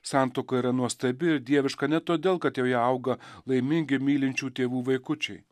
santuoka yra nuostabi ir dieviška ne todėl kad joje auga laimingi mylinčių tėvų vaikučiai